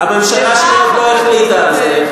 הממשלה שלי עוד לא החליטה על זה,